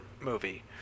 movie